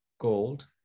gold